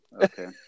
Okay